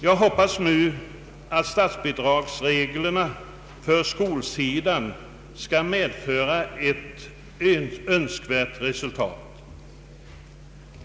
Jag hoppas nu att statsbidragsreglerna för skolsidan skall medföra ett önskvärt resultat.